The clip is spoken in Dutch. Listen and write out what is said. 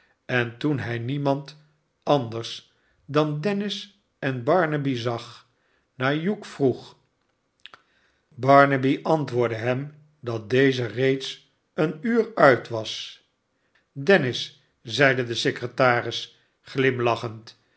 en toen hy memand anders dan dennis en barnaby zag naar hughvroeg barnaby antwoordde hem dat deze reeds een uur uit was dennis zeide de secretaris glimlachend